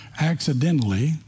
accidentally